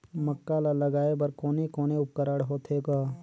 मक्का ला लगाय बर कोने कोने उपकरण होथे ग?